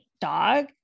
dog